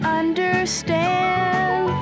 understand